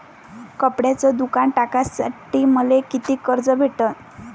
कपड्याचं दुकान टाकासाठी मले कितीक कर्ज भेटन?